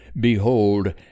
Behold